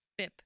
BIP